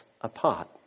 apart